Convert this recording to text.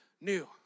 new